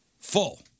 full